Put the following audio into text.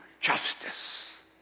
justice